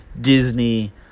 Disney